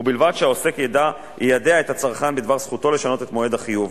ובלבד שהעוסק יידע את הצרכן בדבר זכותו לשנות את מועד החיוב.